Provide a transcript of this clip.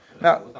Now